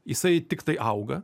jisai tiktai auga